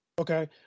Okay